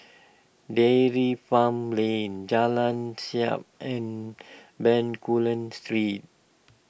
Dairy Farm Lane Jalan Siap and Bencoolen Street